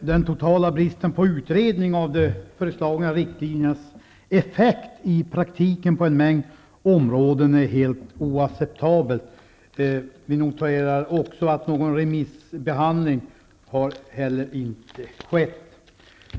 Den totala bristen på utredning av de föreslagna riktlinjernas effekt i praktiken på en mängd områden är helt oacceptabel. Vi noterar också att någon remissbehandling inte heller har skett.